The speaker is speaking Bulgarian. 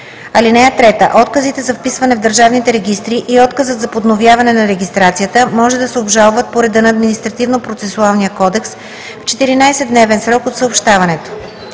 (3) Отказите за вписване в държавните регистри и отказът за подновяване на регистрацията може да се обжалват по реда на Административнопроцесуалния кодекс в 14-дневен срок от съобщаването.